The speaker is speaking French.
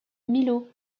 millau